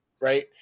right